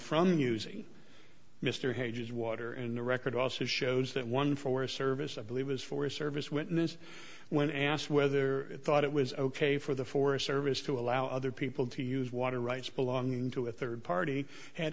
from using mr hedges water in the record also shows that one for a service i believe is for a service witness when asked whether i thought it was ok for the forest service to allow other people to use water rights belonging to a third party